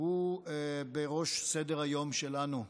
הם בראש סדר-היום שלנו,